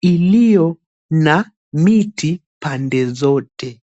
iliyo na miti pande zote.